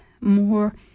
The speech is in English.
more